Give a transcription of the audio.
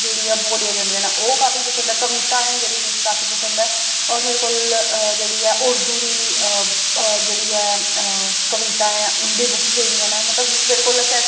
जेह्ड़ियां बोलियां जंदियां न ओह् काफी पसंद न कविता ऐं जेह्ड़ियां मिगी काफी पसंद ऐ होर मेरे कोल जेह्ड़ी ऐ उर्दू दी जेह्ड़ी ऐ कविताएं उं'दी बुक्स पेदियां न में मतलब मेरे कोल